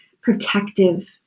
protective